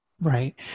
Right